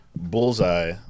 bullseye